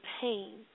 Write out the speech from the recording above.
pain